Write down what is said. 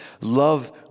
love